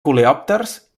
coleòpters